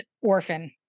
orphan